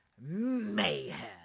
mayhem